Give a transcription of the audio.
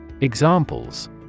Examples